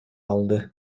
алды